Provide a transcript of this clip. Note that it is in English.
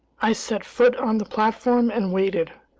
i set foot on the platform and waited.